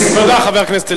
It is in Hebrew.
לסיכום, תודה, חבר הכנסת אלדד.